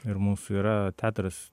ir mūsų yra teatras